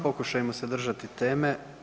Pokušajmo se držati teme.